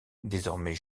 désormais